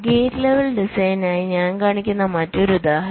gate level ഡിസൈനിനായി ഞാൻ കാണിക്കുന്ന മറ്റൊരു ഉദാഹരണം